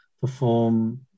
perform